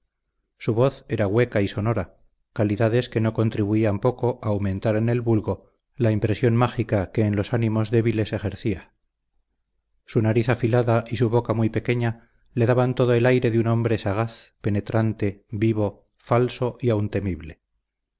su voz era hueca y sonora calidades que no contribuían poco a aumentar en el vulgo la impresión mágica que en los ánimos débiles ejercía su nariz afilada y su boca muy pequeña le daban todo el aire de un hombre sagaz penetrante vivo falso y aun temible